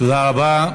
תודה רבה.